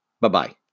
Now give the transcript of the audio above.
Bye-bye